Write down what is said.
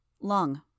Lung